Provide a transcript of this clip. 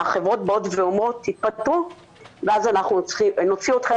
אז תהיה יותר